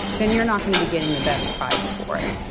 then you're not going to be getting the best price for it,